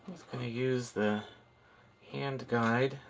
going to use the hand guide.